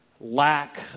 lack